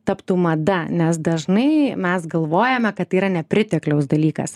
taptų mada nes dažnai mes galvojame kad tai yra nepritekliaus dalykas